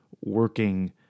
working